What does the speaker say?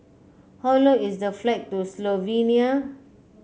how long is the flight to Slovenia